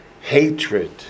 Hatred